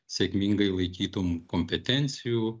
sėkmingai laikytum kompetencijų